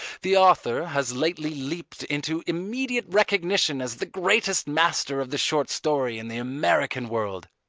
the author has lately leaped into immediate recognition as the greatest master of the short story in the american world.